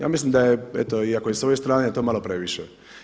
Ja mislim da je eto i ako je s ove strane to malo previše.